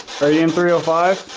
they ambriel by.